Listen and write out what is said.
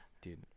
Dude